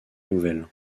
nouvelles